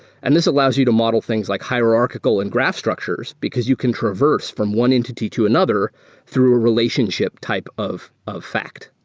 and this allows you to model things like hierarchical and graph structures because you can traverse from one entity to another through a relationship type of of fact.